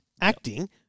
acting